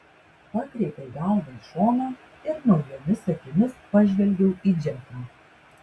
pakreipiau galvą į šoną ir naujomis akimis pažvelgiau į džeką